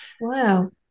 wow